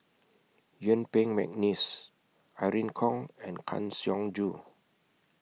Yuen Peng Mcneice Irene Khong and Kang Siong Joo